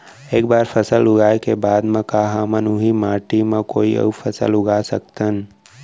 एक बार फसल उगाए के बाद का हमन ह, उही माटी मा कोई अऊ फसल उगा सकथन?